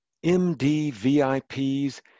MDVIP's